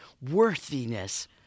worthiness